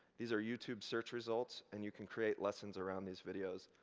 these are youtube search results, and you can create lessons around these videos.